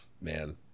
man